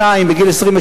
בגיל 22, בגיל 23,